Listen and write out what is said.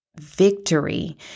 victory